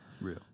Real